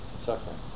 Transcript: suffering